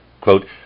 quote